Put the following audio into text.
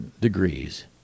degrees